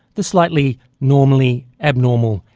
the slightly normally abnormal,